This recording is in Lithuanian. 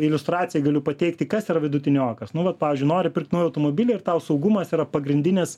iliustracijai galiu pateikti kas yra vidutiniokas nu vat pavyzdžiui nori pirkt naują automobilį ir tau saugumas yra pagrindinis